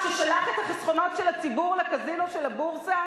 ששלח את החסכונות של הציבור לקזינו של הבורסה?